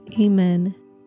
Amen